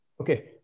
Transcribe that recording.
okay